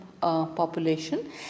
population